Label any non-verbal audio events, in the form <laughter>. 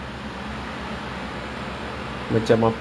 <laughs> that's horrible